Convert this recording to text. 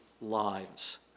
lives